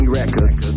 records